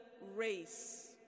race